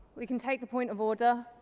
we can take a point of order.